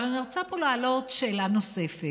אבל אני רוצה פה להעלות שאלה נוספת: